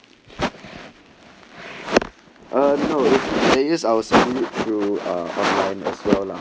uh no that it is to online as well lah